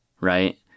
right